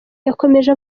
yakomeje